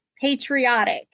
patriotic